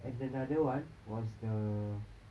and another one was the